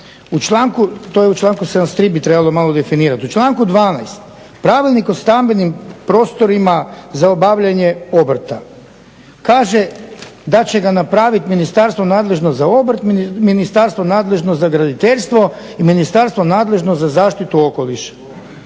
članaka, u članku 73.bi trebalo bi malo definirati. U članku 12.pravilnik o stambenim prostorima za obavljanje obrta, kaže da će ga napraviti ministarstvo nadležno za obrt, ministarstvo nadležno za graditeljstvo i ministarstvo nadležno za zaštitu okoliša.